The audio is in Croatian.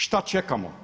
Šta čekamo?